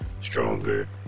stronger